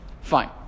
Fine